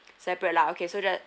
separate lah okay so the